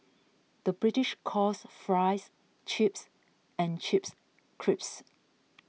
the British calls Fries Chips and Chips Crisps